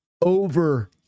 over